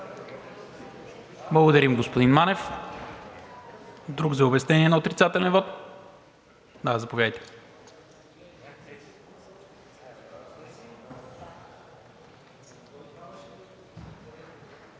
Благодаря, господин Манев. Друг за обяснение на отрицателен вот? Заповядайте.